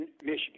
Michigan